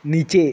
নীচে